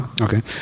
Okay